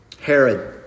Herod